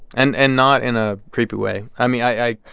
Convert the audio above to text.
and and not in a creepy way i mean, i.